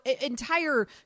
entire